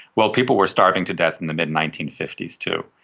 well, people were starving to death in the mid nineteen fifty s too.